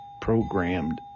programmed